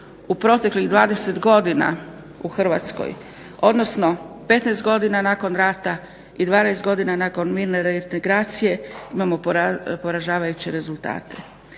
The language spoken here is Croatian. u proteklih 20 godina u Hrvatskoj, odnosno 15 godina nakon rata i 12 godina nakon mirne reintegracije imamo poražavajuće rezultate.